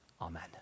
Amen